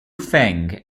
feng